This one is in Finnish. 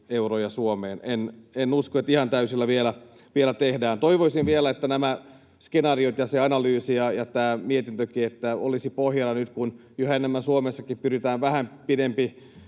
Suomeen? En usko, että ihan täysillä vielä tehdään. Toivoisin vielä, että nämä skenaariot ja se analyysi ja tämä mietintökin olisivat pohjana nyt, kun yhä enemmän Suomessakin pyritään vähän pidemmällä